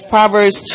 Proverbs